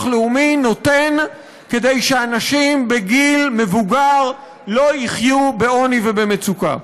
לאומי נותן כדי שאנשים בגיל מבוגר לא יחיו בעוני ובמצוקה.